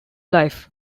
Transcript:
life